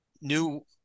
new